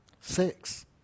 Six